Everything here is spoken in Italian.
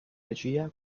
regia